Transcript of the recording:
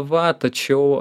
va tačiau